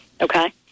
Okay